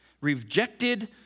rejected